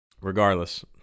Regardless